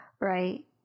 Right